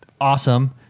awesome